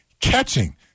catching